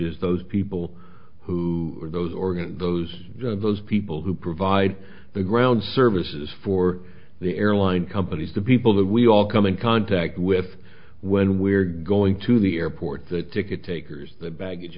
is those people who are those organs those those people who provide the ground services for the airline companies the people that we all come in contact with when we're going to the airport the ticket takers the baggage